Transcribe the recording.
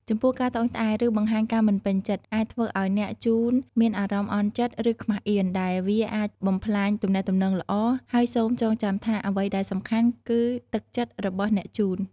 ចំពោះការត្អូញត្អែរ ឬបង្ហាញការមិនពេញចិត្ត អាចធ្វើឲ្យអ្នកជូនមានអារម្មណ៍អន់ចិត្ត ឬខ្មាសអៀន ដែលវាអាចបំផ្លាញទំនាក់ទំនងល្អ ហើយសូមចងចាំថា អ្វីដែលសំខាន់គឺទឹកចិត្តរបស់អ្នកជូន។